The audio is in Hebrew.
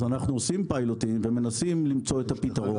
אז אנחנו עושים פיילוטים ומנסים למצוא את הפתרון.